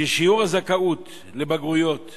ששיעורי הזכאות לבגרויות